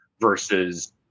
versus